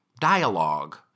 dialogue